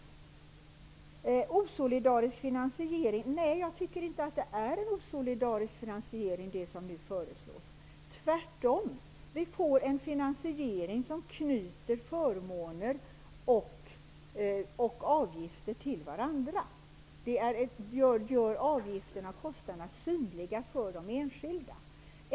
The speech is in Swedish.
Jag tycker inte att det som nu föreslås är en osolidarisk finansiering. Vi får tvärtom en finansiering som knyter förmåner och avgifter till varandra. Det gör avgifterna och kostnaderna synliga för de enskilda människorna.